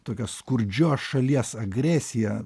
tokios skurdžios šalies agresija